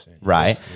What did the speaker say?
Right